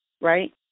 right